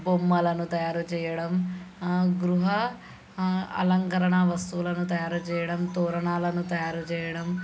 బొమ్మలను తయారు చేయడం గృహ అలంకరణ వస్తువులను తయారు చేయడం తోరణాలను తయారు చేయడం